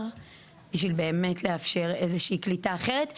בשביל באמת לאפשר איזושהי קליטה אחרת.